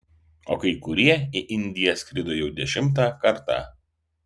o kai kurie į indiją skrido jau dešimtą kartą